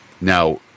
Now